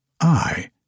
I